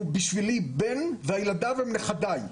הוא בשבילי בן וילדיו הם נכדיי.